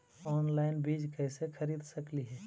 Online बीज कईसे खरीद सकली हे?